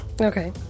Okay